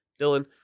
Dylan